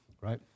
right